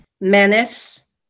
menace